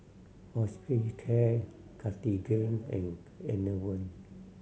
Hospicare Cartigain and Enervon